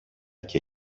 και